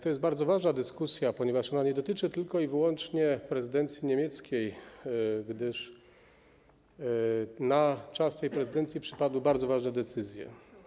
To jest bardzo ważna dyskusja, ponieważ ona nie dotyczy tylko i wyłącznie prezydencji niemieckiej, a na czas tej prezydencji przypadły bardzo ważne decyzje.